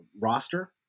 roster